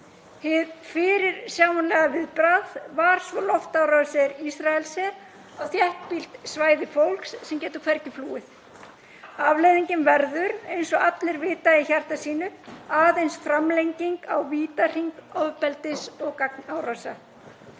Hið fyrirsjáanlega viðbragð var svo loftárásir Ísraelshers á þéttbýlt svæði fólks sem getur hvergi flúið. Afleiðingin verður eins og allir vita í hjarta sínu aðeins framlenging á vítahring ofbeldis og gagnárása.